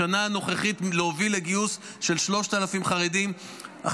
להוביל לגיוס של 3,000 חרדים בשנה הנוכחית.